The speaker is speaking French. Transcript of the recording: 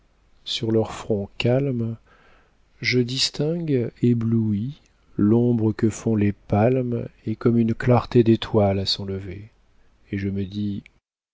sur leurs fronts calmes je distingue ébloui l'ombre que font les palmes et comme une clarté d'étoile à son lever et je me dis